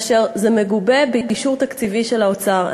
וזה מגובה באישור תקציבי של האוצר.